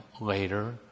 later